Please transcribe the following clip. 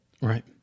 Right